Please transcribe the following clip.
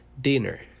dinner